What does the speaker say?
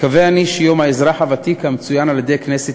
מקווה אני שיום האזרח הוותיק המצוין על-ידי כנסת